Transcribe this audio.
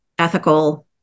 Ethical